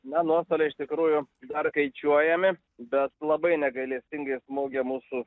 na nuotoliai iš tikrųjų dar skaičiuojami bet labai negailestingi smaugė mūsų